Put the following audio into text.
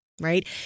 Right